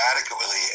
adequately